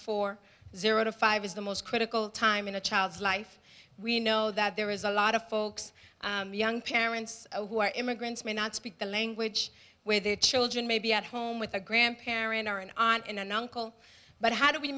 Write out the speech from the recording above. four zero to five is the most critical time in a child's life we know that there is a lot of folks young parents who are immigrants may not speak the language with their children maybe at home with a grandparent or an on in an uncle but how do we